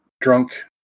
drunk